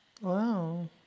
Wow